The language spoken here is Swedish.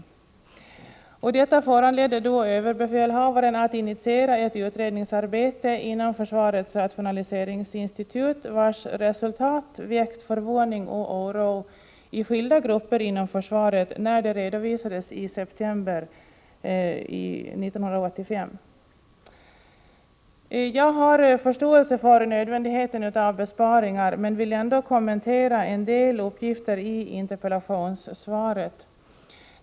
De ökade kostnaderna föranledde överbefälhavaren att initiera ett utredningsarbete inom försvarets rationaliseringsinstitut, vars resultat väckte förvåning och oro i skilda grupper inom försvaret när det redovisades i september 1985. Jag har förståelse för nödvändigheten av besparingar, men vill ändå kommentera en del uppgifter i interpellationssvaret.